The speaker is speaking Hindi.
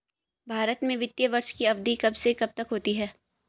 भारत में वित्तीय वर्ष की अवधि कब से कब तक होती है?